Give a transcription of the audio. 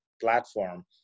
platform